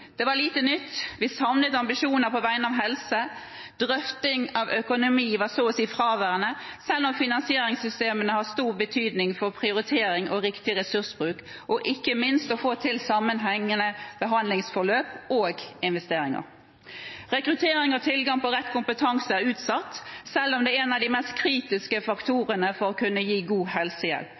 Det var lite nytt. Vi savnet ambisjoner for helse. Drøfting av økonomi var så å si fraværende, selv om finansieringssystemene har stor betydning for prioritering, riktig ressursbruk og ikke minst for å få til sammenhengende behandlingsforløp og investeringer. Rekruttering og tilgang på rett kompetanse er utsatt, selv om det er noen av de mest kritiske faktorene for å kunne gi god helsehjelp.